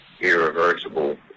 Irreversible